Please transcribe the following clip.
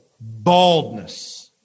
baldness